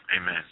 Amen